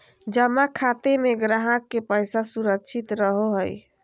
जमा खाते में ग्राहक के पैसा सुरक्षित रहो हइ